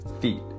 feet